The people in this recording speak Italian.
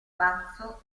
pazzo